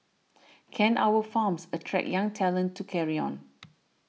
can our farms attract young talent to carry on